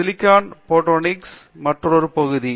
silicon photonics மற்றொரு பகுதி